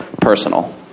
personal